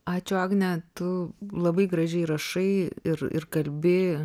ačiū agne tu labai gražiai rašai ir ir kalbi